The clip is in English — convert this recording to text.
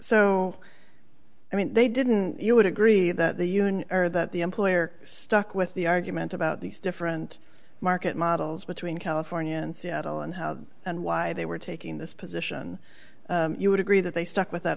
so i mean they didn't you would agree that the union or that the employer stuck with the argument about these different market models between california and seattle and how and why they were taking this position you would agree that they stuck with that